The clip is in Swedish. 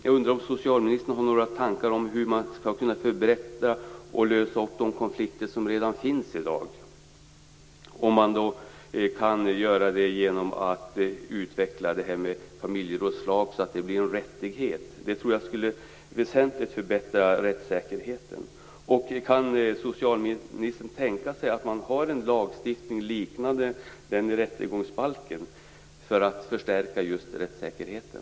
Jag undrar om socialministern har några tankar om hur man skall kunna förbättra och lösa upp de konflikter som redan finns i dag, t.ex. genom att utveckla familjerådslaget så att det blir en rättighet. Jag tror att det skulle väsentligt förbättra rättssäkerheten. Kan socialministern tänka sig en lagstiftning liknande den i rättegångsbalken, för att förstärka just rättssäkerheten?